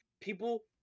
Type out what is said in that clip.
People